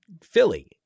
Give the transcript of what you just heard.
Philly